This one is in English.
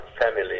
family